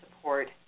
support